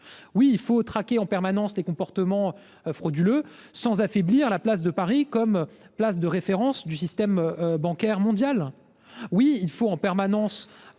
Oui, il faut traquer les comportements frauduleux, mais sans affaiblir la place de Paris comme place de référence du système bancaire mondial. Oui, il faut agir résolument